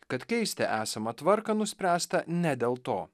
kad keisti esamą tvarką nuspręsta ne dėl to